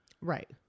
Right